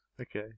Okay